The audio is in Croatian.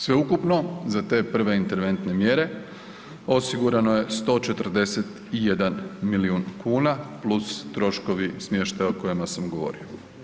Sveukupno za te prve interventne mjere osigurano je 141 milijun kuna plus troškovi smještaja o kojima sam govorio.